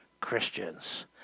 Christians